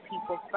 people